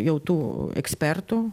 jau tų ekspertų